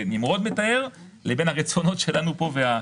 אדוני היושב-ראש, שלום.